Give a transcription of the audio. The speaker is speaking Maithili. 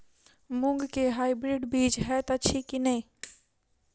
मूँग केँ हाइब्रिड बीज हएत अछि की नै?